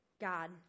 God